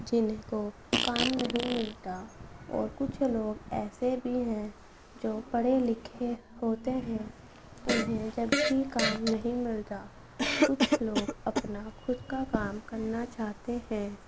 جن کو کام نہیں ملتا اور کچھ لوگ ایسے بھی ہیں جو پڑھے لکھے ہوتے ہیں انہیں جب بھی کام نہیں ملتا کچھ لوگ اپنا خود کا کام کرنا چاہتے ہیں